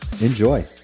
enjoy